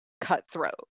cutthroat